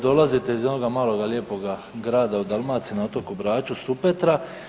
Dolazite iz onoga maloga lijepoga grada u Dalmaciji na otoku Braču, Supetra.